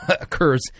occurs